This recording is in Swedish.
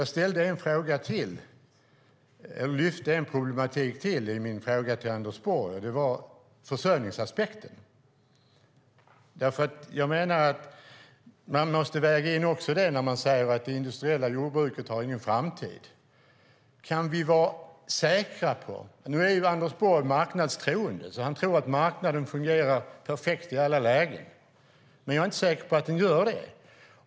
Jag ställde nämligen en fråga till och lyfte fram en annan problematik i min fråga till Anders Borg, och den gäller försörjningsaspekten. Man måste väga in den också när man säger att det industriella jordbruket inte har någon framtid. Anders Borg är marknadstroende, och han tror att marknaden fungerar perfekt i alla lägen. Men jag är inte säker på att den gör det.